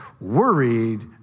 Worried